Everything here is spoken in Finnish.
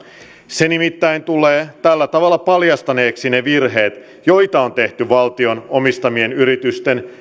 se nimittäin tulee tällä tavalla paljastaneeksi ne virheet joita on tehty valtion omistamien yritysten